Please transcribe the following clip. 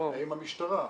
האם המשטרה,